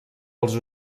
als